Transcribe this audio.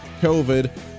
COVID